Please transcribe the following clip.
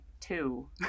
two